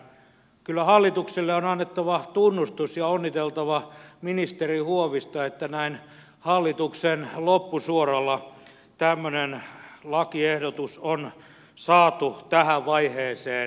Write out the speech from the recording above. kyllä hallitukselle on annettava tunnustus ja onniteltava ministeri huovista että näin hallituksen loppusuoralla tämmöinen lakiehdotus on saatu tähän vaiheeseen